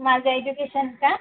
माझं एजुकेशन का